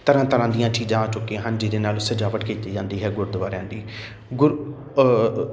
ਤਰ੍ਹਾਂ ਤਰ੍ਹਾਂ ਦੀਆਂ ਚੀਜ਼ਾਂ ਆ ਚੁੱਕੀਆਂ ਹਨ ਜਿਹਦੇ ਨਾਲ ਸਜਾਵਟ ਕੀਤੀ ਜਾਂਦੀ ਹੈ ਗੁਰਦੁਆਰਿਆਂ ਦੀ ਗੁਰ